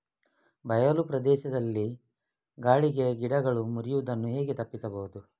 ಬಯಲು ಪ್ರದೇಶದಲ್ಲಿ ಗಾಳಿಗೆ ಗಿಡಗಳು ಮುರಿಯುದನ್ನು ಹೇಗೆ ತಪ್ಪಿಸಬಹುದು?